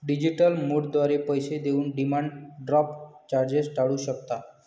digital मोडद्वारे पैसे देऊन डिमांड ड्राफ्ट चार्जेस टाळू शकता